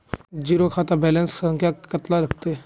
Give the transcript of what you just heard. Zero खाता balance संख्या कतला लगते?